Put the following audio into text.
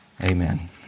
Amen